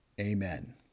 Amen